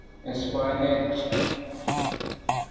spinach